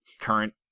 current